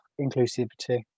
inclusivity